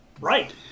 right